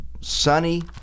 sunny